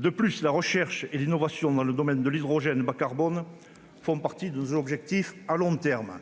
En outre, la recherche et l'innovation dans le domaine de l'hydrogène bas-carbone font partie de nos objectifs à long terme.